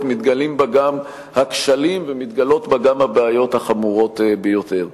מתגלים בה גם הכשלים ומתגלות בה גם הבעיות החמורות ביותר.